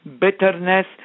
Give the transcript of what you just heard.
bitterness